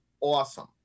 awesome